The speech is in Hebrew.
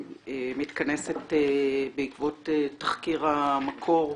שמתכנסת בעקבות תחקיר 'המקור'